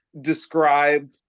describe